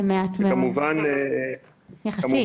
זה מעט מאוד, יחסית.